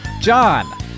John